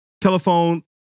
Telephone